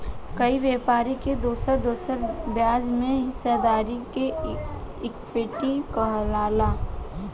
कोई व्यापारी के दोसर दोसर ब्याज में हिस्सेदारी के इक्विटी कहाला